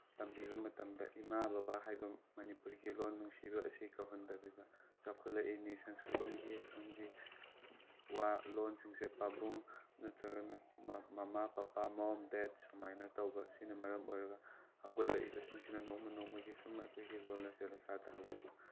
ꯇꯝꯕꯤꯕ ꯃꯇꯝꯗ ꯏꯃꯥ ꯕꯕꯥ ꯍꯥꯏꯕ ꯃꯅꯤꯄꯨꯔꯤꯒꯤ ꯂꯣꯟ ꯅꯨꯡꯁꯤꯕ ꯑꯁꯤ ꯀꯧꯍꯟꯗꯕꯤꯗ ꯆꯥꯎꯈꯠꯂꯛꯏꯅꯤ ꯁꯪꯁꯀ꯭ꯔꯤꯠ ꯂꯣꯟꯒꯤ ꯑꯁꯣꯝꯒꯤ ꯋꯥ ꯂꯣꯟꯁꯤꯡꯁꯦ ꯄꯥꯕꯨꯡ ꯅꯠꯇ꯭ꯔꯒꯅ ꯃꯃꯥ ꯄꯄꯥ ꯃꯣꯝ ꯗꯦꯠ ꯁꯨꯃꯥꯏꯅ ꯇꯧꯕ ꯁꯤꯅ ꯃꯔꯝ ꯑꯣꯏꯔꯒ ꯍꯧꯒꯠꯂꯛꯏꯕꯁꯤꯡꯁꯤꯅ ꯅꯣꯡꯃ ꯅꯣꯡꯃꯒꯤ ꯁꯨꯝ ꯑꯩꯈꯣꯏꯒꯤ ꯂꯣꯟ ꯑꯁꯦ ꯂꯩꯈꯥ ꯇꯥꯍꯜꯂꯛꯄ